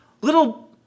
little